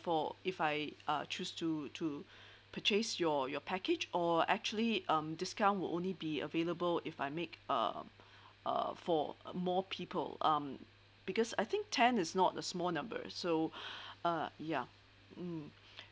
for if I uh choose to to purchase your your package or actually um discount will only be available if I make a uh for more people um because I think ten is not a small number so uh yeah mm